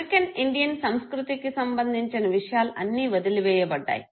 American Indian సంస్కృతికి సంబంధించిన విషయాలు అన్ని వదిలివేయబడ్డాయి